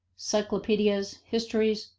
cyclopedias, histories,